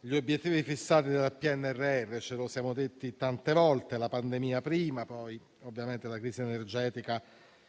gli obiettivi fissati dal PNRR. Ce lo siamo detti tante volte. Prima la pandemia e poi ovviamente la crisi energetica